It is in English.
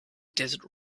desert